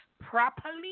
properly